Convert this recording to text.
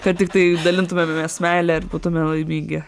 kad tiktai dalintumėmės meile ir būtume laimingi